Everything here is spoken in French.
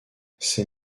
ces